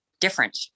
different